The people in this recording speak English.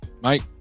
Mike